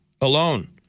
alone